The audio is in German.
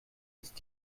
ist